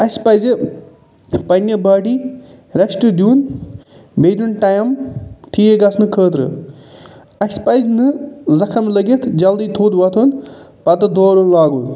اَسہِ پَزِ پَنٛنہِ باڈی ریشٹ دیُن بیٚیہِ دیُن ٹایَم ٹھیٖک گژٕھنہٕ خٲطرٕ اَسہِ پَزِ نہٕ زخم لٔگِتھ جلدی تھوٚد وۄتھُن پَتہٕ دورُن لاگُن